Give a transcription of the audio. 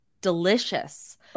delicious